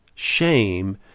shame